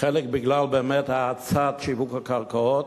חלק בגלל, באמת, האצת שיווק הקרקעות,